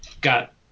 got